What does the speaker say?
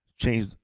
change